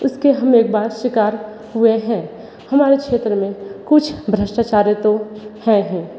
इसके हम एक बार शिकार हुए हैं हमारे क्षेत्र में कुछ भ्रष्टाचारी तो हैं ही